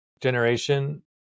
generation